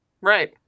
right